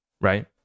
right